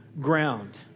ground